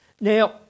Now